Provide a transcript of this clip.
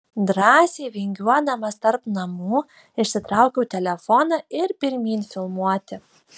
drąsiai vingiuodamas tarp namų išsitraukiau telefoną ir pirmyn filmuoti